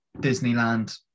Disneyland